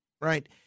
right